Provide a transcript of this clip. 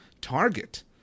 target